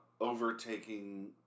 overtaking